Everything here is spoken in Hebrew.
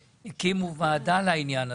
לוועדת הכלכלה, ונאמר לי שהקימו ועדה לעניין הזה.